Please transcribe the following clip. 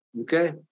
Okay